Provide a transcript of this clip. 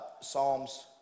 Psalms